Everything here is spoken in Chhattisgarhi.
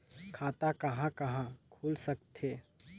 खाता कहा कहा खुल सकथे?